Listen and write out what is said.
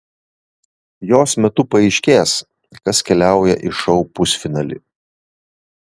jos metu paaiškės kas keliauja į šou pusfinalį